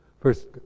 first